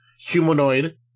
humanoid